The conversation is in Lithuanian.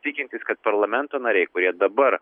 tikintis kad parlamento nariai kurie dabar